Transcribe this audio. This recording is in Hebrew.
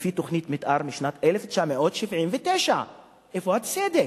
לפי תוכנית מיתאר משנת 1979. איפה הצדק?